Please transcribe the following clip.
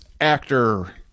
actor